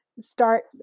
start